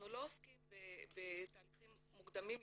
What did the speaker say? אנחנו לא עוסקים בתהליכים מוקדמים יותר.